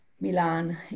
Milan